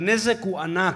והנזק הוא ענק.